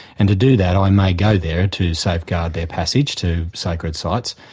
and to do that, i may go there to safeguard their passage to sacred sites.